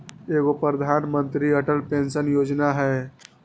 एगो प्रधानमंत्री अटल पेंसन योजना है?